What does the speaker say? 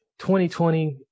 2020